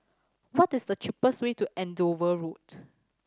what is the cheapest way to Andover Road